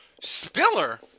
Spiller